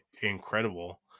incredible